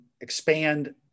expand